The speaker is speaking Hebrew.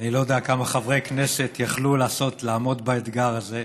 אני לא יודע כמה חברי כנסת יכלו לעמוד באתגר הזה.